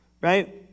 Right